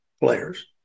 players